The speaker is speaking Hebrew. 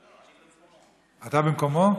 אני במקומו.